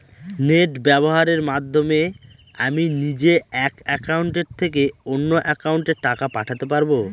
Net ব্যবহারের মাধ্যমে আমি নিজে এক অ্যাকাউন্টের থেকে অন্য অ্যাকাউন্টে টাকা পাঠাতে পারব?